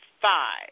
five